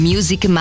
Music